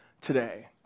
today